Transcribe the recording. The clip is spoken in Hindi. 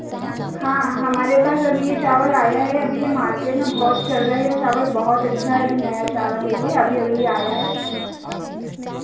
हाँ हमारे पास अभी यह चावल आया है अभी यह मार्केट में बहुत चल रहा है यह चावल बहुत अच्छा है अभी नया चावल है यह अभी अभी आया है